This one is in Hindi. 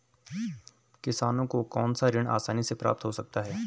किसानों को कौनसा ऋण आसानी से प्राप्त हो सकता है?